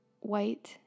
white